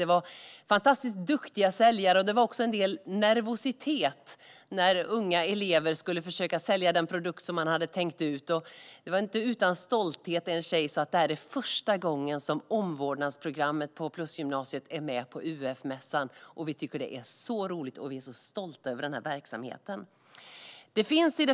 Det var fantastiskt duktiga säljare, och det var även en del nervositet när unga elever skulle försöka sälja den produkt de hade tänkt ut. Det var inte utan stolthet en tjej sa: Det här är första gången omvårdnadsprogrammet på Plusgymnasiet är med på UF-mässan, och vi tycker att det är så roligt - vi är så stolta över den här verksamheten.